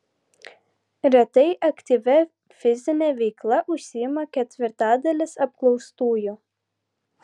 retai aktyvia fizine veikla užsiima ketvirtadalis apklaustųjų